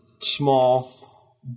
small